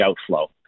outflow